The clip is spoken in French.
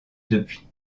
depuis